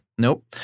Nope